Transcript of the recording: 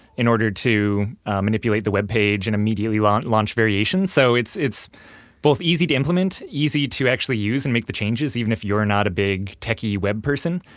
in order to manipulate the web page and immediately launch launch variations, so it's it's both easy to implement, easy to actually use and make the changes even if you're not a big techy web person,